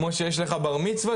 כמו שיש לך בר-מצווה,